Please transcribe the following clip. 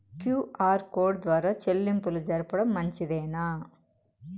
QR code ద్వారా చెల్లింపులు జరపడం మంచిదేనా?